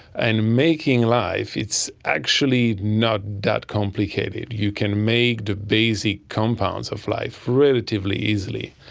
and making life, it's actually not that complicated. you can make the basic compounds of life relatively easily,